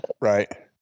right